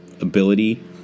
ability